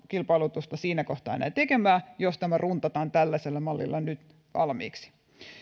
kilpailutusta siinä kohtaa enää tekemään jos tämä runtataan tällaisella mallilla nyt valmiiksi